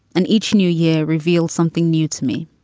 and each new year revealed something new to me.